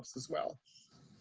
as well.